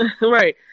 Right